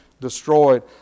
destroyed